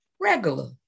regular